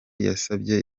yasabye